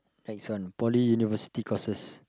next one Poly University courses